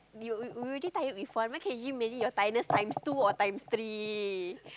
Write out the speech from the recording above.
you you you already tired with one then can you imagine your tiredness times two or times three